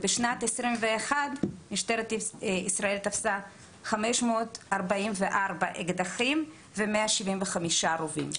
בשנת 2021 משטרת ישראל תפסה 544 אקדחים ו-175 רובים.